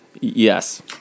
Yes